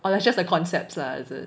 or it's just the concepts lah is it